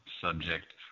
subject